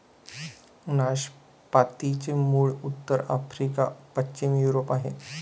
नाशपातीचे मूळ उत्तर आफ्रिका, पश्चिम युरोप आहे